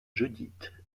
judith